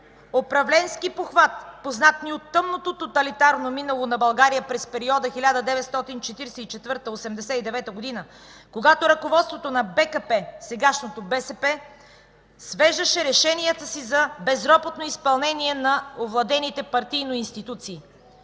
управленски похват, познат ни от тъмното тоталитарно минало на България през периода 1944–1989 г., когато ръководството на БКП, и сегашното БСП, свеждаше решенията си за безропотно изпълнение на овладените партийно институции.